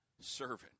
servant